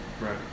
Right